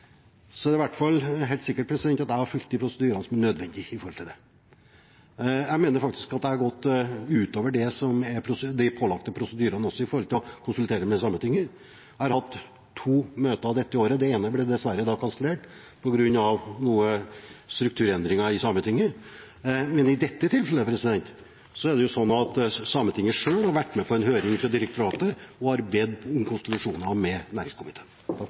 Så må jeg si til de påstandene som kommer om konsultasjonene med Sametinget, at det i hvert fall er helt sikkert at jeg der har fulgt de nødvendige prosedyrene. Jeg mener faktisk at jeg også har gått utover det som er de pålagte prosedyrene når det gjelder å konsultere med Sametinget. Jeg har hatt to møter dette året, det ene ble dessverre kansellert på grunn av noen strukturendringer i Sametinget. I dette tilfellet har Sametinget selv vært med på en høring i direktoratet, og de har bedt om konsultasjoner med næringskomiteen.